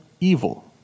evil